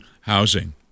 housing